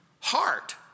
heart